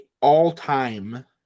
all-time